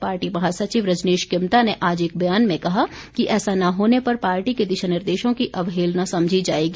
party महासचिव रजनीश किमटा ने आज एक बयान में कहा कि ऐसा न होने पर पार्टी के दिशा निर्देशों की अवहेलना समझी जाएगी